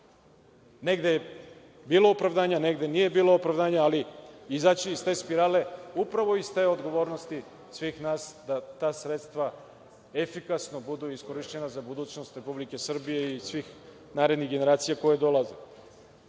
Negde je bilo opravdanja, negde nije bilo opravdanja, ali izaći iz te spirale, upravo iz te odgovornosti svih nas da ta sredstva efikasno budu iskorišćena za budućnost Republike Srbije i svih narednih generacija koje dolaze. Danas